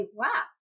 wow